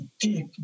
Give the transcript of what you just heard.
deep